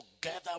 together